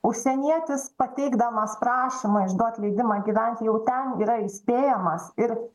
užsienietis pateikdamas prašymą išduot leidimą gyvent jau ten yra įspėjamas ir